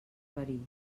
verí